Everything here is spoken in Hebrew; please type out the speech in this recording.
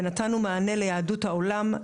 ונתנו מענה ליהדות העולם.